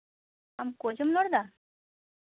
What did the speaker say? ᱟᱢ ᱠᱳᱪᱮᱢ ᱨᱚᱲᱫᱟ